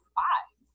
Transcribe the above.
five